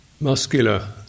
muscular